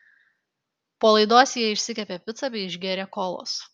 po laidos jie išsikepė picą bei išgėrė kolos